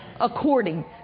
according